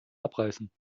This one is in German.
abreißen